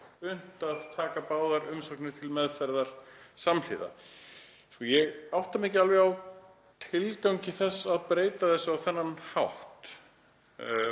unnt að taka báðar umsóknir til meðferðar samhliða.“ Ég átta mig ekki alveg á tilgangi þess að breyta þessu á þennan hátt.